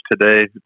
today